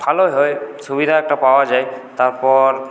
ভালোই হয় সুবিধা একটা পাওয়া যায় তার পর